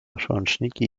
przełączniki